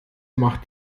macht